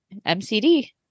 MCD